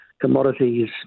commodities